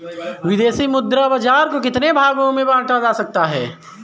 विदेशी मुद्रा बाजार को कितने भागों में बांटा जा सकता है?